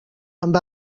amb